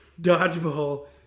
Dodgeball